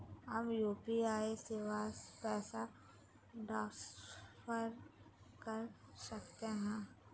हम यू.पी.आई शिवांश पैसा ट्रांसफर कर सकते हैं?